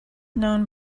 known